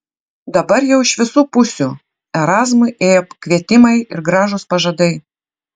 dabar jau iš visų pusių erazmui ėjo kvietimai ir gražūs pažadai